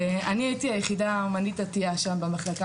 אני הייתי היחידה האמנית הדתייה במחלקה